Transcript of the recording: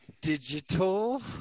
Digital